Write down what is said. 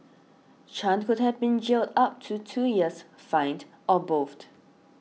Chan could have been jailed up to two years fined or both